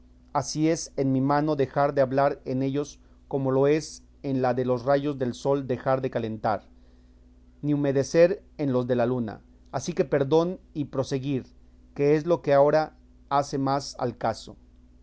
así es en mi mano dejar de hablar en ellos como lo es en la de los rayos del sol dejar de calentar ni humedecer en los de la luna así que perdón y proseguir que es lo que ahora hace más al caso